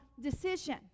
decision